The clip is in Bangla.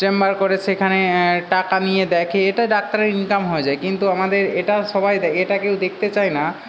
চেম্বার করে সেখানে টাকা নিয়ে দেখে এটা ডাক্তারের ইনকাম হয়ে যায় কিন্তু আমাদের এটা সবাই দেখে এটা কেউ দেখতে চায় না